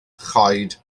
choed